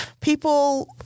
people